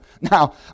Now